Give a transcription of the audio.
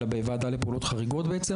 הוא עבר בוועדה לפעולות חריגות.